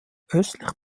östlich